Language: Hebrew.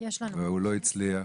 והוא לא הצליח.